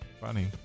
funny